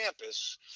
campus